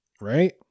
Right